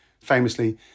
Famously